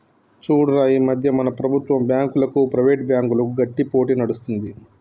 చూడురా ఈ మధ్య మన ప్రభుత్వం బాంకులకు, ప్రైవేట్ బ్యాంకులకు గట్టి పోటీ నడుస్తుంది